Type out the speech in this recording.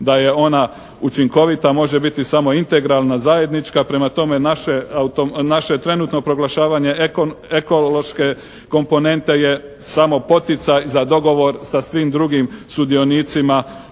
da je ona učinkovita može biti samo integralna, zajednička. Prema tome, naše trenutno proglašavanje ekološke komponente je samo poticaj za dogovor sa svim drugim sudionicima